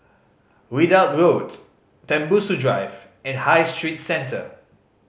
Ridout Road Tembusu Drive and High Street Centre